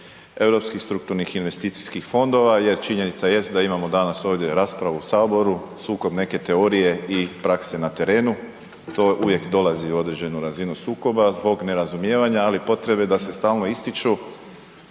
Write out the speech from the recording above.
europskih strukturnih investicijskih fondova jer činjenica jest da imamo danas ovdje raspravu u Saboru sukob neke teorije i prakse na terenu, to uvijek dolazi u određenu razinu sukoba zbog nerazumijevanja ali i potrebe da se stalno ističu